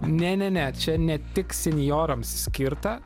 ne ne ne čia ne tik senjorams skirta